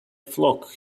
flock